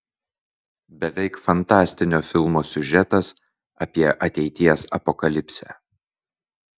beveik fantastinio filmo siužetas apie ateities apokalipsę